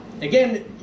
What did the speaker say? again